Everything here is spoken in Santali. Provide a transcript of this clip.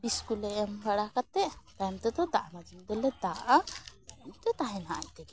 ᱵᱤᱥ ᱠᱚᱞᱮ ᱮᱢ ᱵᱟᱲᱟ ᱠᱟᱛᱮ ᱛᱟᱭᱚᱢ ᱛᱮᱫᱚ ᱫᱟᱜ ᱢᱮᱥᱤᱱ ᱛᱮᱞᱮ ᱫᱟᱜ ᱟᱜᱼᱟ ᱱᱤᱛ ᱫᱚ ᱛᱟᱦᱮᱱᱟ ᱟᱡ ᱛᱮᱜᱮ